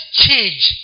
change